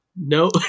No